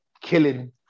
killing